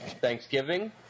Thanksgiving